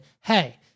hey